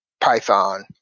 Python